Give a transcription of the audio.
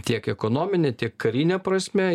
tiek ekonomine tiek karine prasme